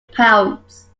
pounds